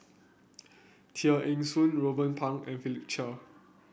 Tear Ee Soon Ruben Pang and Philip Chia